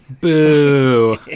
boo